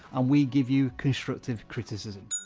and we give you constructive criticism.